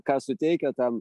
ką suteikia tam